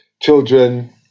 children